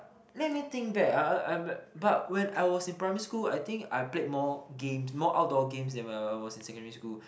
let me think back ah I'm but when I was in primary school I think I played more games more outdoor games than when I was in secondary school